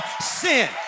sin